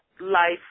life